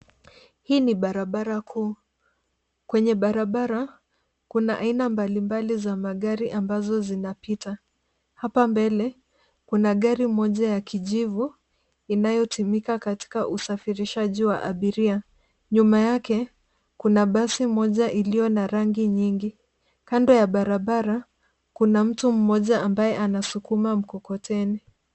Hii ni barabara kuu. Kwenye barabara kuna aina mbalimbali za magari ambazo zinapita. Hapa mbele, kuna gari moja ya kijivu inayotumika katika usafirishaji wa abiria. Nyuma yake, kuna basi moja iliyo na rangi nyingi. Kando ya barabara, kuna mtu mmoja ambaye anasukuma mkokoteni.